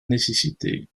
nécessité